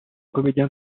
comédien